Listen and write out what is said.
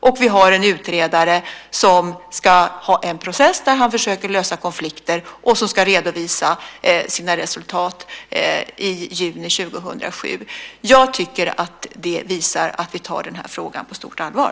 Och vi har en utredare som ska ha en process där han försöker lösa konflikter och som ska redovisa sina resultat i juni 2007. Jag tycker att detta visar att vi tar denna fråga på stort allvar.